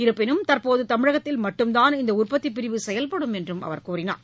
இருப்பினும் தற்போது தமிழகத்தில் மட்டும்தான் இந்த உற்பத்திப் பிரிவு செயல்படும் என்றும் அவர் கூறினார்